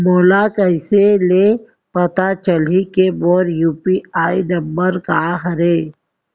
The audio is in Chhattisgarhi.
मोला कइसे ले पता चलही के मोर यू.पी.आई नंबर का हरे?